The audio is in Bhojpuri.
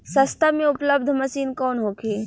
सस्ता में उपलब्ध मशीन कौन होखे?